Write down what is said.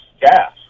gas